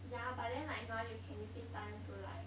yeah but then like now you can use this time to like